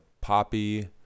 poppy